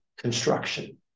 construction